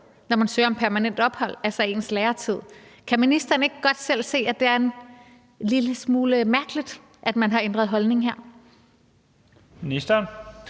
når man søger om permanent ophold? Kan ministeren ikke godt selv se, at det er en lille smule mærkeligt, at man har ændret holdning her? Kl.